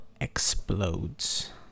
explodes